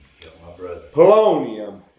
Polonium